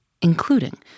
including